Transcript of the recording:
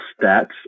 stats